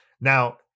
Now